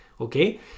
okay